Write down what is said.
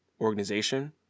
organization